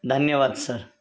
धन्यवाद सर